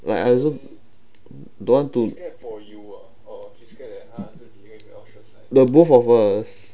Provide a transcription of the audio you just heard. like I also don't want to know both of us